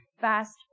fast